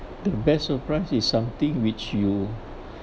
the best surprise is something which you